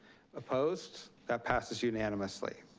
opposed? that passes unanimously.